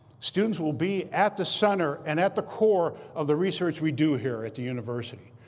students will be at the center and at the core of the research we do here at the university.